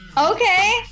Okay